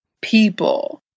people